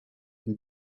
elle